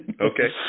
okay